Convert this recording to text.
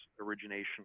origination